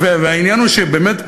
והעניין הוא שבאמת,